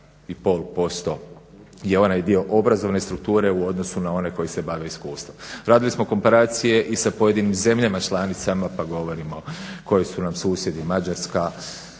gotovo 32,5% je onaj dio obrazovne strukture u odnosu na one koji se bave iskustvom. Radili smo komparacije i sa pojedinim zemljama članicama pa govorimo koji su nam susjedi, Mađarska,